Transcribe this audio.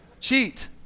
Cheat